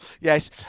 yes